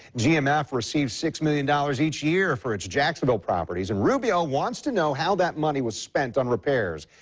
yeah um ah received six million dollars each year for its jacksonville properties and rubio want to know how that money was spent on repairs.